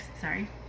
sorry